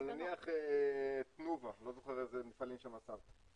אבל נניח תנובה, לא זוכר איזה מפעלים ציינת שם.